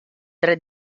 tre